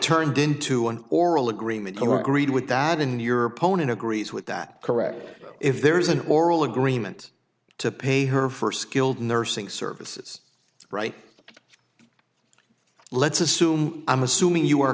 turned into an oral agreement or agreed with that in your opponent agrees with that correct if there is an oral agreement to pay her first skilled nursing services right let's assume i'm assuming you are